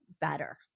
better